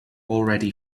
already